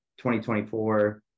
2024